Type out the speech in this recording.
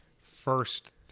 first